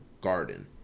Garden